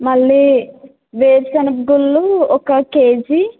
మళ్ళీ వేరుశెనగ గుళ్ళు ఒక కేజీ